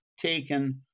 taken